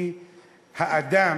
כי האדם,